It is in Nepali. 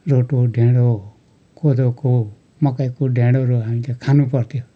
रोटी ढेिँडो कोदोको मकैको ढिँडोहरू हामीले खानुपर्थ्यो